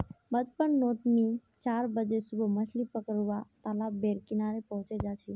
बचपन नोत मि चार बजे सुबह मछली पकरुवा तालाब बेर किनारे पहुचे जा छी